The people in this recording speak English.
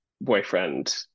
boyfriend